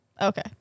Okay